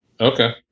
Okay